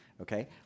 okay